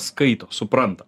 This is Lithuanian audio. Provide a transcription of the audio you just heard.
skaito supranta